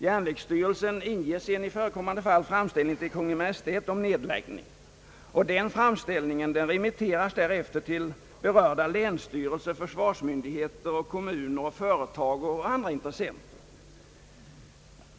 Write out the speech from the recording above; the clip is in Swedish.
I förekommande fall inger så järnvägsstyrelsen framställning till Kungl. Maj:t om nedläggning. Denna framställning remitteras till berörda länsstyrelser, försvarsmyndigheter, kommuner, företag och andra intressenter.